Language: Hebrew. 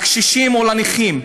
לקשישים או לנכים,